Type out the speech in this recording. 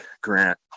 Grant